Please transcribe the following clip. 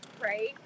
Right